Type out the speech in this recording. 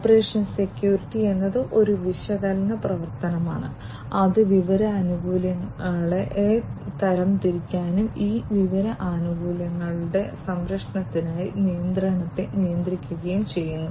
operation security എന്നത് ഒരു വിശകലന പ്രവർത്തനമാണ് അത് വിവര ആനുകൂല്യങ്ങളെ തരംതിരിക്കുകയും ഈ വിവര ആനുകൂല്യങ്ങളുടെ സംരക്ഷണത്തിനായി നിയന്ത്രണത്തെ നിയന്ത്രിക്കുകയും ചെയ്യുന്നു